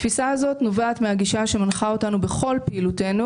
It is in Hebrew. התפיסה הזאת נובעת מהגישה שמנחה אותנו בכל פעילותנו,